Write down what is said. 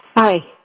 Hi